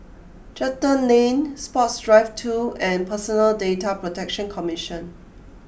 Charlton Lane Sports Drive two and Personal Data Protection Commission